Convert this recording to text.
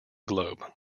globe